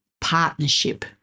partnership